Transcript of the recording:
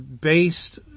based